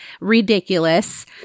ridiculous